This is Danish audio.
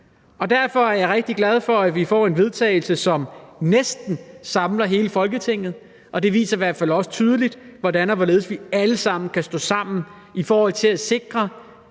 Derfor er jeg rigtig glad for, at vi har et forslag til vedtagelse, som næsten samler hele Folketinget, og det viser i hvert fald også tydeligt, hvordan vi alle sammen kan stå sammen i forhold til at sikre,